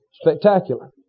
spectacular